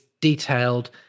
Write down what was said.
detailed